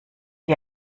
wie